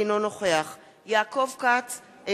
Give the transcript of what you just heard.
אינו נוכח יעקב כץ,